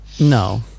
no